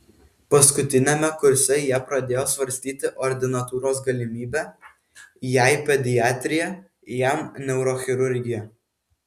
paskutiniame kurse jie pradėjo svarstyti ordinatūros galimybę jai pediatrija jam neurochirurgija